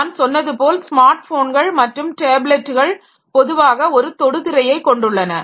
நான் சொன்னது போல் ஸ்மார்ட் போன்கள் மற்றும் டேப்லெட்டுகள் பொதுவாக ஒரு தொடுதிரையைக் கொண்டுள்ளன